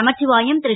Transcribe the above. நமச்சிவாயம் ரு